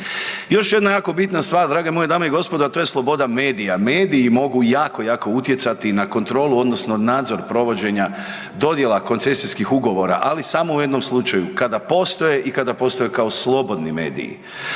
Još jedna jako bitna stvar drage moje dame i gospodo, a to je sloboda medija. Mediji mogu jako, jako utjecati na kontrolu odnosno nadzor provođenja dodjela koncesijskih ugovora, ali samo u jednom slučaju, kada postoje i kada postaju kao slobodni mediji.